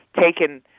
taken